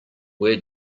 where